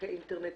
ספקי אינטרנט,